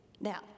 Now